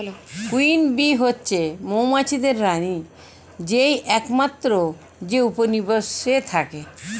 queen bee হচ্ছে মৌমাছিদের রানী যেই একমাত্র যে উপনিবেশে থাকে